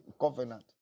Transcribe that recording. covenant